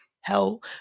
hell